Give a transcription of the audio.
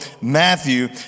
Matthew